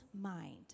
mind